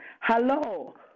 Hello